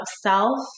self